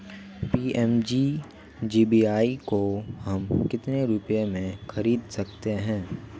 PMJJBY को हम कितने रुपयों में खरीद सकते हैं?